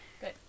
good